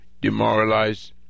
demoralized